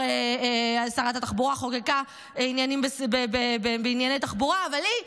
שרת התחבורה חוקקה בענייני תחבורה, אבל היא,